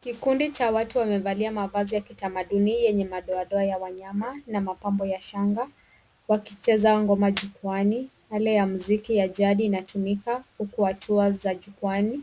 Kikundi cha watu wamevali mavazi ya kitamaduni yenye madoadoa ya wanyama na mapambo ya shanga yakicheza ngoma jukwaani yale ya mziki ya jadi inatumika kukwatua jukwaani